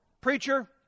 preacher